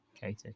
Katie